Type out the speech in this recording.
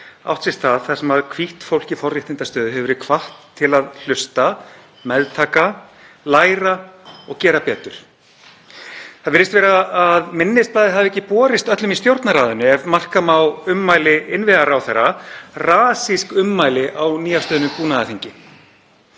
kynþáttafordóma þar sem hvítt fólk í forréttindastöðu hefur verið hvatt til að hlusta, meðtaka, læra og gera betur. Það virðist vera að minnisblaðið hafi ekki borist öllum í Stjórnarráðinu ef marka má ummæli innviðaráðherra, rasísk ummæli á nýafstöðnu búnaðarþingi.